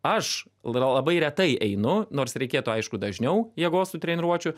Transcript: aš labai retai einu nors reikėtų aišku dažniau jėgos tų treniruočių